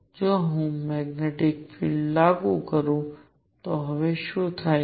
જો હું magnetic field લાગુ કરું તો હવે શું થાય છે